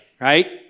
right